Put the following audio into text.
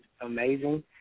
amazing